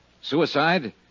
suicide